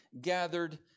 gathered